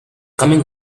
coming